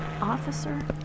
officer